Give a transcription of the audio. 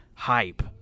Hype